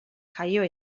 jaioa